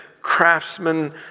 craftsmen